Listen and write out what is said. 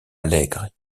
alegre